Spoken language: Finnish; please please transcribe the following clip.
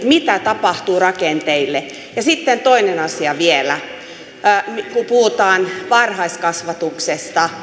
mitä tapahtuu rakenteille ja sitten toinen asia vielä puhutaan varhaiskasvatuksesta